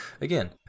again